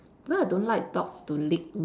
cause I don't like dogs to lick